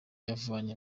yavanye